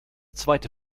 zweite